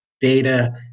data